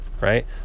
right